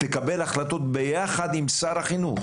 תקבל החלטות ביחד עם שר החינוך